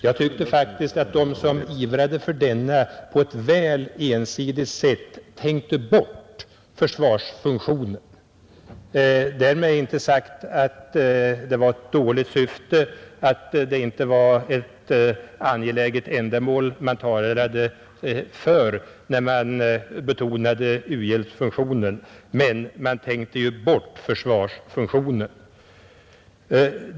Jag tyckte faktiskt att de som ivrade för denna på ett väl ensidigt sätt ”tänkte bort” försvarsfunktionen. Därmed är inte sagt att det var ett dåligt syfte, att det inte var ett angeläget ändamål man talade för när man betonade u-hjälpsfunktionen, men man tänkte alltså bort försvarsfunktionen.